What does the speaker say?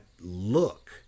look